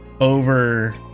over